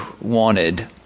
wanted